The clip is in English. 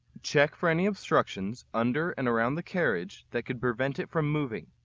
check for any obstructions under and around the carriage that could prevent it from moving.